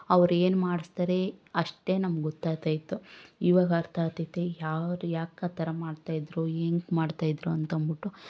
ಅವ್ರು ಏನು ಮಾಡಿಸ್ತಾರೆ ಅಷ್ಟೇ ನಮ್ಗೆ ಗೊತೈತಾ ಇತ್ತು ಇವಾಗ ಅರ್ಥ ಆಗ್ತೈತೆ ಯಾರು ಯಾಕೆ ಆ ಥರ ಮಾಡ್ತಾ ಇದ್ರು ಏನಕ್ಕೆ ಮಾಡ್ತಾ ಇದ್ರು ಅಂತ ಅಂದ್ಬಿಟ್ಟು